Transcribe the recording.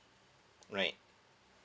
right